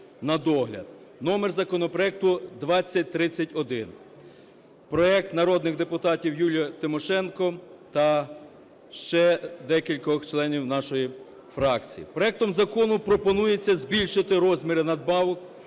(номер законопроекту 2031). Проект народних депутатів Юлії Тимошенко та ще декількох членів нашої фракції. Проектом закону пропонується збільшити розміри надбавок